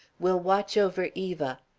will watch over eva.